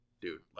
Dude